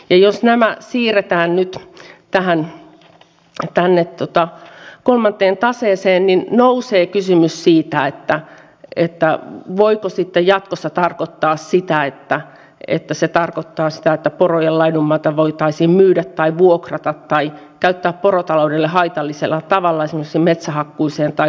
ja jos nämä siirretään nyt tänne kolmanteen taseeseen nousee kysymys siitä voiko se sitten jatkossa tarkoittaa sitä että että se tarkoittaa sitä että porojen laidunmaata voitaisiin myydä vuokrata tai käyttää porotaloudelle haitallisella tavalla esimerkiksi metsähakkuuseen tai soranottoon